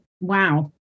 Wow